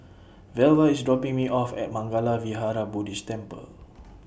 Velva IS dropping Me off At Mangala Vihara Buddhist Temple